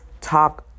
talk